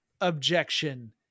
objection